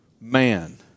Man